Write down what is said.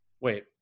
Wait